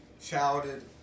shouted